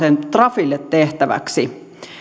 trafille tehtäväksi